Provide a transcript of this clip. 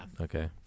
Okay